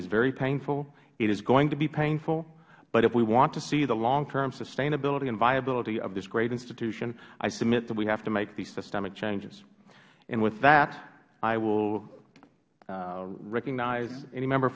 is very painful it is going to be painful but if we want to see the long term sustainability and viability of this great institution i submit that we have to make these systemic changes and with that i will recognize any member